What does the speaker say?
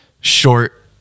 short